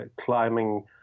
climbing